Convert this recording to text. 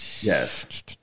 yes